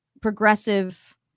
progressive